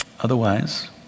Otherwise